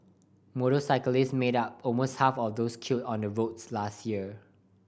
motorcyclists made up almost half of those killed on the roads last year